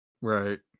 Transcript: Right